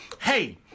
Hey